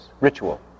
Ritual